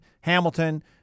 Hamilton